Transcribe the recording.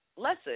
lesson